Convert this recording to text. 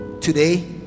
Today